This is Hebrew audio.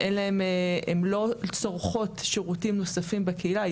שהן לא צורכות שירותים נוספים בקהילה,